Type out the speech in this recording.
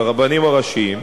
הרבנים הראשיים,